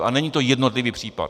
A není to jednotlivý případ.